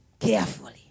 carefully